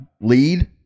lead